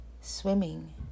swimming